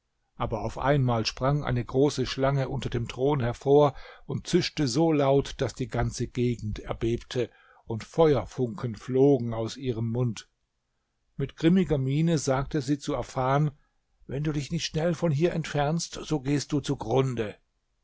aber auf einmal sprang eine große schlange unter dem thron hervor und zischte so laut daß die ganze gegend erbebte und feuerfunken flogen aus ihrem mund mit grimmiger miene sagte sie zu afan wenn du dich nicht schnell von hier entfernst so gehst du zugrunde